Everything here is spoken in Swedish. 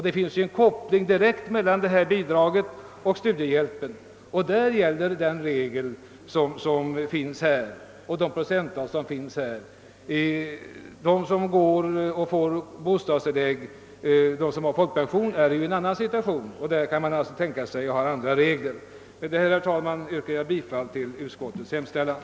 Det finns ett direkt samband mellan detta bidrag och studiehjälpen och då gäller de procenttal som finns här. De som har folkpension är i en annan situation, och för deras del kan man tänka sig andra regler. Med detta, herr talman, yrkar jag bifall till utskottets hemställan.